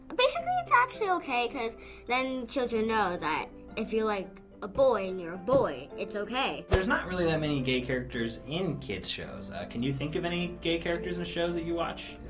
basically, it's actually okay because then children know that if you like a boy and you're a boy, it's okay. there's not really that many gay characters in kids shows. can you think of any gay characters in shows that you watch?